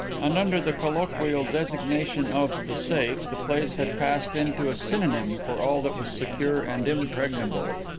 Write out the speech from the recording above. and under the colloquial designation of the safe the place had passed into a synonym for all that was secure and impregnable.